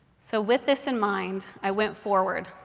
so with this in mind, i went forward.